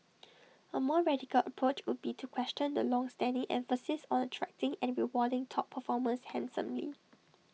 A more radical approach would be to question the longstanding emphasis on the attracting and rewarding top performers handsomely